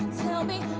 tell me,